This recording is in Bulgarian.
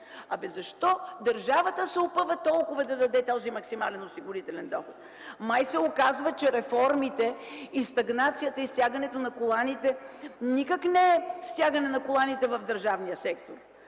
защо държавата се опъва толкова да даде този максимален осигурителен доход? Май се оказва, че реформите, стагнацията, стягането на коланите никак не е стягане на коланите в държавния сектор!